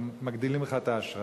הם מגדילים לך את האשראי,